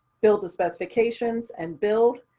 build a specifications and build.